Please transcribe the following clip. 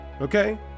Okay